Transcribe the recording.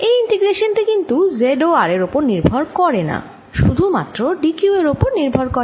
এই ইন্টিগ্রেশান টি কিন্তু z ও r এর ওপর নির্ভর করেনা শুধু মাত্র d q এর ওপর নির্ভর করে